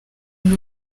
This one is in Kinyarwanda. buri